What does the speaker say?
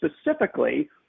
specifically